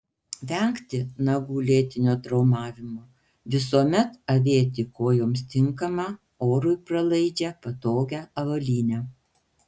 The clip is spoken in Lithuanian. vengti nagų lėtinio traumavimo visuomet avėti kojoms tinkamą orui pralaidžią patogią avalynę